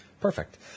Perfect